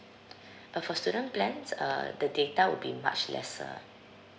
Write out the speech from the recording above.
uh for student plans uh the data will be much lesser